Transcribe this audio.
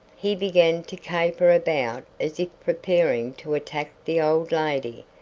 he began to caper about as if preparing to attack the old lady,